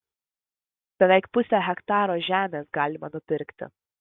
beveik pusę hektaro žemės galima nupirkti